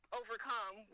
overcome